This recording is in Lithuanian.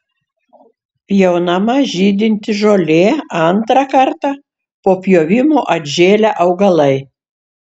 pjaunama žydinti žolė antrą kartą po pjovimo atžėlę augalai